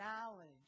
knowledge